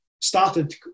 started